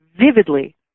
vividly